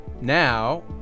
now